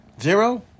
Zero